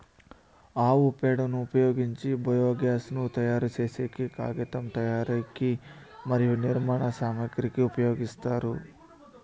ఆవు పేడను ఉపయోగించి బయోగ్యాస్ ను తయారు చేసేకి, కాగితం తయారీకి మరియు నిర్మాణ సామాగ్రి కి ఉపయోగిస్తారు